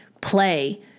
play